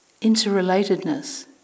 interrelatedness